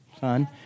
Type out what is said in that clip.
fun